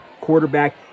quarterback